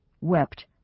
wept